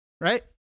Right